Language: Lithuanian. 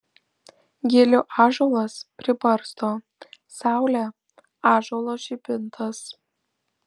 gilių ąžuolas pribarsto saulė ąžuolo žibintas